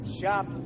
Shop